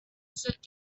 sit